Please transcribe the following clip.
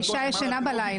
האישה ישנה בלילה...